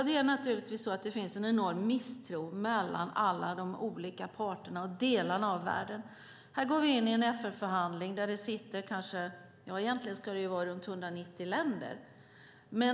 Det finns naturligtvis en enorm misstro mellan alla de olika parterna och delarna av världen. Här går vi in i en FN-förhandling där det egentligen ska vara runt 190 länder.